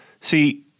See –